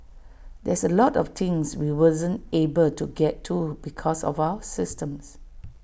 there's A lot of things we wasn't able to get to because of our system